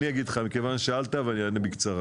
מכיוון ששאלת, אני אענה בקצרה.